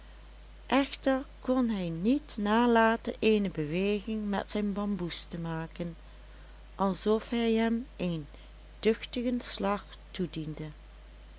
echter kon hij niet nalaten eene beweging met zijn bamboes te maken alsof hij hem een duchtigen slag toediende